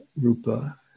Rupa